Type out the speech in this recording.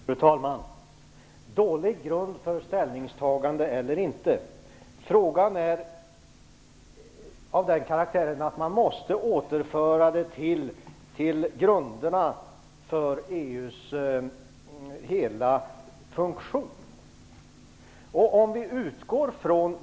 Fru talman! Är det en dålig grund för ett ställningstagande eller inte? Frågan är av den karaktären att man måste återföra den till grunderna för EU:s hela funktion.